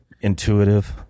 intuitive